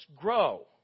grow